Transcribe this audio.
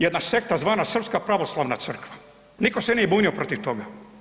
Jedna sekta zvana Srpska pravoslavna crkva, niko se nije bunio protiv toga.